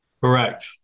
Correct